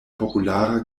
populara